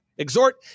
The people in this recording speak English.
exhort